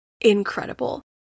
incredible